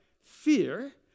Fear